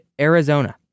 Arizona